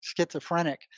schizophrenic